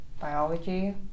biology